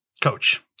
coach